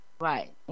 Right